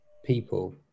people